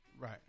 Right